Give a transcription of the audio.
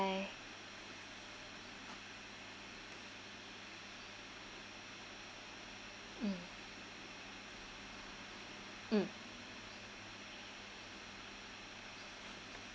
mm mm